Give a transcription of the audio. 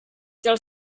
del